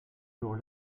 jour